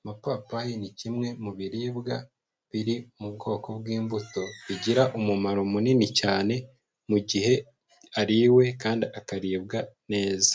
amapapayi ni kimwe mu biribwa biri mu bwoko bw'imbuto, bigira umumaro munini cyane mu gihe ariwe kandi akaribwa neza.